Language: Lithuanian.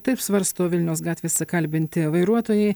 taip svarsto vilniaus gatvėse kalbinti vairuotojai